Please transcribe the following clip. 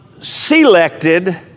selected